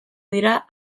dira